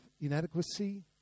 inadequacy